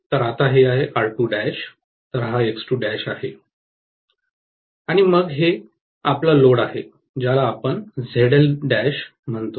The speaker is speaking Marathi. तर आता हे आहे R 2 तर हा X2 आहे आणि मग हे आपला लोड आहे ज्याला आपण ZL म्हणतो